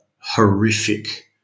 horrific